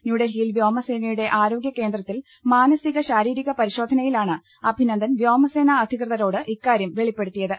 ന്യൂഡൽഹിയിൽ വ്യോമസേനയുടെ ആരോഗ്യ കേന്ദ്രത്തിൽ മാനസിക ശാരീരിക പരിശോധനയിലാണ് അഭിനന്ദൻ വ്യോമസേനാ അധികൃതരോട് ഇക്കാരൃം വെളിപ്പെടു ത്തിയത്